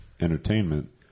Entertainment